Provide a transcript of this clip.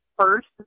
first